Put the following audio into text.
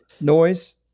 noise